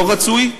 לא רצוי,